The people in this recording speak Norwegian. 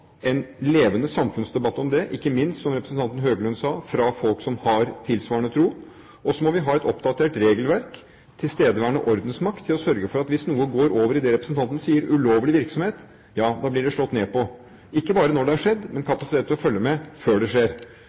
en levende samfunnsdebatt om det – ikke minst, som representanten Høglund sa, med folk som har tilsvarende tro. Vi må ha et oppdatert regelverk, tilstedeværende ordensmakt, for å sørge for at hvis noe går over i det representanten sier, ulovlig virksomhet, blir det slått ned på – ikke bare når det har skjedd, vi må ha kapasitet til å følge med før det skjer.